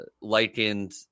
likened